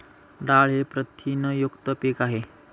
डाळ ही प्रथिनयुक्त पीक आहे